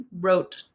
wrote